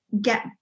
get